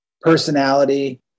personality